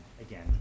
again